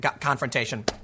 confrontation